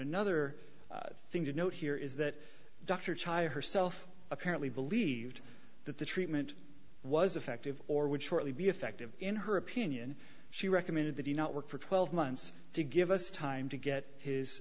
another thing to note here is that dr czeisler herself apparently believed that the treatment was effective or would shortly be effective in her opinion she recommended that he not work for twelve months to give us time to get his